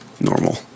normal